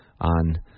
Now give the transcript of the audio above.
on